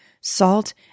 salt